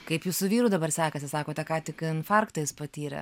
kaip jūsų vyrui dabar sekasi sakote ką tik infarktą jis patyrė